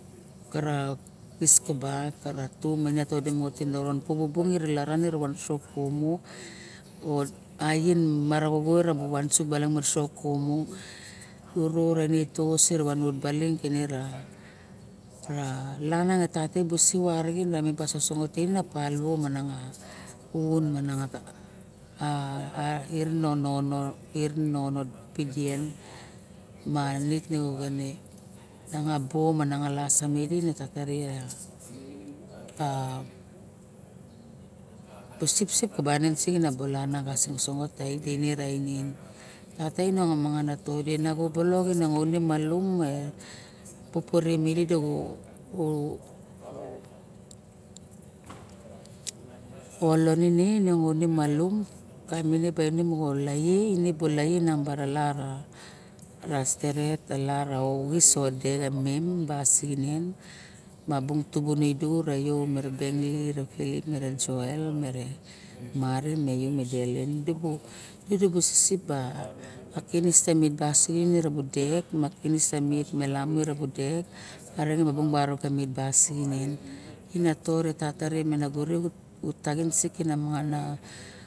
Kara kis kobatkar tubu todi moxa tiniron puxu bung ira laran i vosu kumu o axie mera vuxus irutu ire van ut baling kenera langaniar e tatai sip sosongot taving paluo mana ain ma air va pidien ma vit no mang abo sangalap me tata re a bu sipsip kabanan kabalan su xa sin sangot ka it tene rainen tata inung a todi e nago balok inemalum me pupu u midi olon ine malum kava ne la ra oxis mem tasilinen mere marin me delin dudu bu sisiba kinis mit ba singinen ine tore tata re me nago re taxin sik tamangana